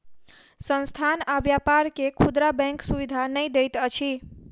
संस्थान आ व्यापार के खुदरा बैंक सुविधा नै दैत अछि